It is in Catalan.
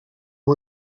amb